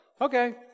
Okay